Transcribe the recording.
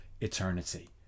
eternity